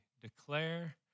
declare